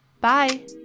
Bye